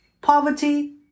poverty